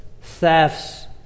Thefts